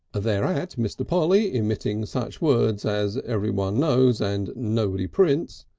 thereat mr. polly, emitting such words as everyone knows and nobody prints,